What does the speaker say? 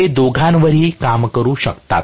ते दोघांवरही काम करू शकतात